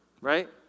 Right